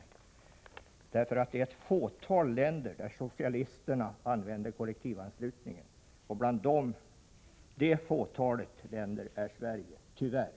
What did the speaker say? Det är ju bara ett fåtal länder där socialisterna använder sig av kollektivanslutning och ett av de länderna är Sverige — tyvärr.